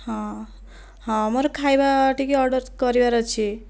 ହଁ ହଁ ମୋର ଖାଇବା ଟିକେ ଅର୍ଡର କରିବାର ଅଛି